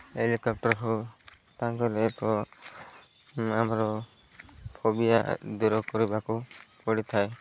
helicopter ହଉ ତାଙ୍କରେ ତ ଆମର ଫୋବିଆ ଦୂର କରିବାକୁ ପଡ଼ିଥାଏ